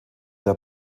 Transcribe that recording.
der